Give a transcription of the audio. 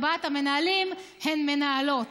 ארבעת המנהלים הם מנהלות,